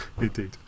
Indeed